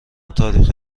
تاریخی